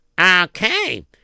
Okay